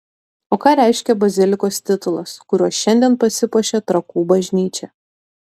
o ką reiškia bazilikos titulas kuriuo šiandien pasipuošia trakų bažnyčia